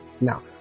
now